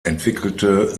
entwickelte